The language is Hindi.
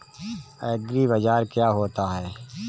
एग्रीबाजार क्या होता है?